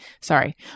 sorry